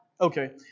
Okay